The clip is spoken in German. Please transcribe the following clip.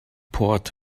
port